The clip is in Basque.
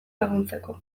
laguntzeko